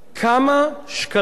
כמה דברי איוולת,